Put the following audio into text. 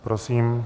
Prosím.